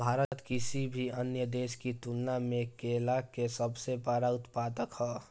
भारत किसी भी अन्य देश की तुलना में केला के सबसे बड़ा उत्पादक ह